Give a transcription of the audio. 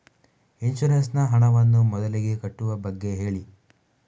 insurance ನ ಹಣವನ್ನು ಮೊದಲಿಗೆ ಕಟ್ಟುವ ಬಗ್ಗೆ ಹೇಳಿ